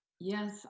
Yes